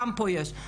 גם פה יש.